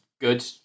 good